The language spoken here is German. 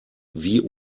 wie